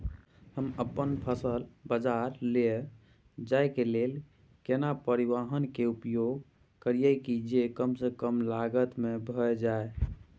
हम अपन फसल बाजार लैय जाय के लेल केना परिवहन के उपयोग करिये जे कम स कम लागत में भ जाय?